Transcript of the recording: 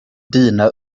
dina